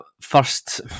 first